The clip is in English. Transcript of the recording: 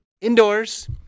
Indoors